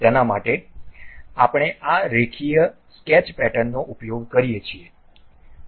તેના માટે આપણે આ રેખીય સ્કેચ પેટર્નનો ઉપયોગ કરીએ છીએ